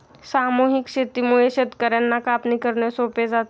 सामूहिक शेतीमुळे शेतकर्यांना कापणी करणे सोपे जाते